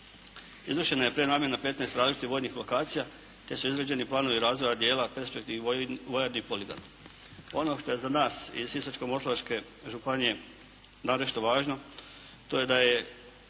Izvršena je prenamjena 15 različitih vojnih lokacija te su izrađeni planovi razvoja dijela perspektivnih vojarni i poligona. Ono što je za nas iz Sisačko-moslavačke županije naročito važno, to je da je